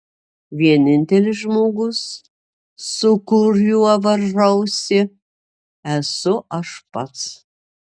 vienintelis žmogus su kuriuo varžausi esu aš pats